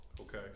Okay